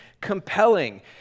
compelling